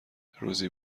روزی